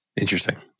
Interesting